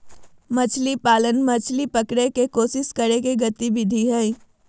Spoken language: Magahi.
मछली पालन, मछली पकड़य के कोशिश करय के गतिविधि हइ